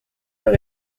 leur